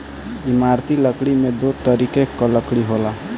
इमारती लकड़ी में दो तरीके कअ लकड़ी होला